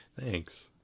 thanks